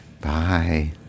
bye